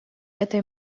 этой